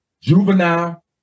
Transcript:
juvenile